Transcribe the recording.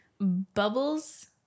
bubbles